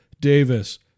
Davis